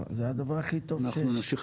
זה הדבר הכי טוב שיש.